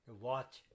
watch